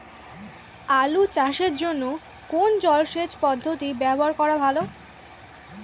আলু চাষের জন্য কোন জলসেচ পদ্ধতি ব্যবহার করা ভালো?